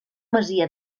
masia